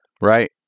Right